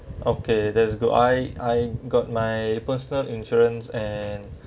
okay that is good I I got my personal insurance and